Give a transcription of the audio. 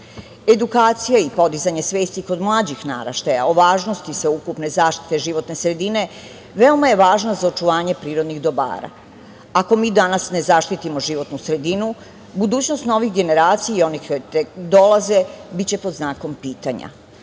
sredinu. Edukacija i podizanje svesti kod mlađih naraštaja o važnosti sveukupne zaštite životne sredine veoma je važno za očuvanje prirodnih dobara. Ako mi danas ne zaštitimo životnu sredinu budućnost novih generacija i onih koje tek dolaze, biće pod znakom pitanja.